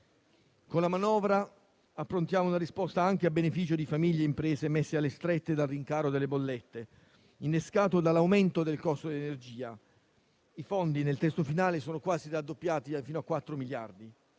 Con la manovra approntiamo una risposta anche a beneficio di famiglie e imprese messe alle strette dal rincaro delle bollette, innescato dall'aumento del costo dell'energia. I fondi nel testo finale sono quasi raddoppiati, fino a 4 miliardi,